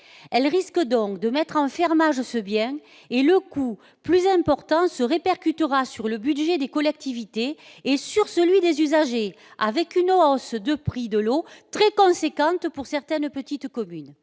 Elle risque donc de mettre en fermage ce bien et le coût, plus important, se répercutera sur le budget des collectivités et sur celui des usagers, avec une hausse du prix de l'eau très importante pour certaines petites communes.